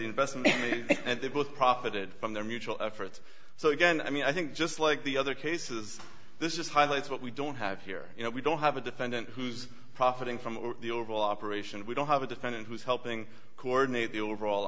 investment and they both profited from their mutual efforts so again i mean i think just like the other cases this just highlights what we don't have here you know we don't have a defendant who's profiting from the overall operation we don't have a defendant who's helping coordinate the overall